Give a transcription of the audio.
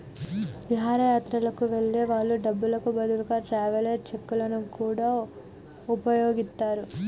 విహారయాత్రలకు వెళ్ళే వాళ్ళు డబ్బులకు బదులుగా ట్రావెలర్స్ చెక్కులను గూడా వుపయోగిత్తరు